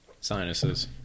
sinuses